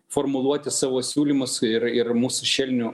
formuluoti savo siūlymus ir ir mūsų šešėliniu